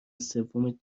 سوم